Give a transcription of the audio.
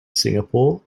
singapore